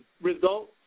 results